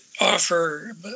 Offer